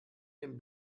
den